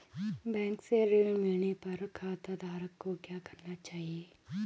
Bank से ऋण मिलने पर खाताधारक को क्या करना चाहिए?